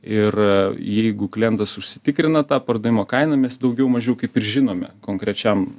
ir jeigu klientas užsitikrina tą pardavimo kainomis daugiau mažiau kaip ir žinome konkrečiam